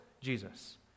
Jesus